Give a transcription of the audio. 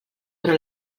però